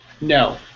No